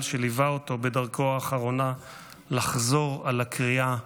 שליווה אותו בדרכו האחרונה לחזור על הקריאה